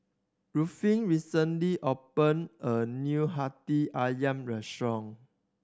Ruffin recently opened a new Hati Ayam restaurant